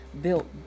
built